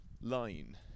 line